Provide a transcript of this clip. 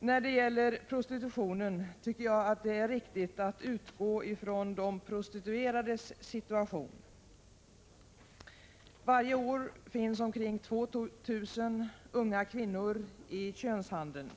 När det gäller prostitutionen tycker jag att det är riktigt att utgå ifrån de prostituerades situation. Varje år finns det omkring 2 000 unga kvinnor i könshandeln.